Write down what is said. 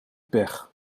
pech